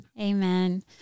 amen